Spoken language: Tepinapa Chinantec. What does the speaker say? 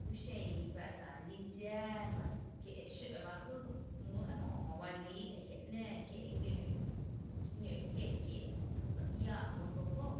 kúxen jua’ ta’ lí dxá nɇ kí e xǿ’ ba jý jmý’ ejö jöba líí ejia’ ‘nⱥⱥ kié’ ñǿ’ kie kieé’ jö dse iⱥⱥ mý dsóo lóoó.